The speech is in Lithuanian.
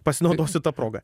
pasinaudosiu ta proga